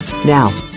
Now